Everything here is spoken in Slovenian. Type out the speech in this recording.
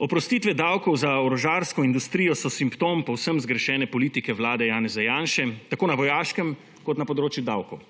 Oprostitve davkov za orožarsko industrijo so simptom povsem zgrešene politike Vlade Janeza Janše tako na vojaškem kot na področju davkov.